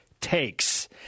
takes